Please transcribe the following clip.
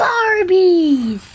Barbies